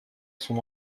son